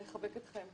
אתכם.